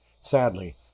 Sadly